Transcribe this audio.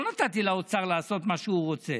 ולא נתתי לאוצר לעשות מה שהוא רוצה.